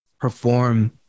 perform